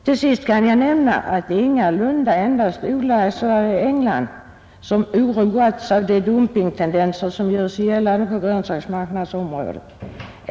Till sist kan jag nämna att det ingalunda är endast odlare i Sverige och England som oroats av de dumpingtendenser som gör sig gällande på grönsaksmarknadsområdet.